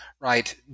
right